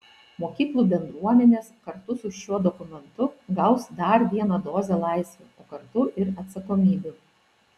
mokyklų bendruomenės kartu su šiuo dokumentu gaus dar vieną dozę laisvių o kartu ir atsakomybių